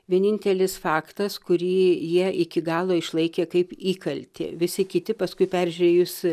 vienintelis faktas kurį jie iki galo išlaikė kaip įkaltį visi kiti paskui peržiūrėjus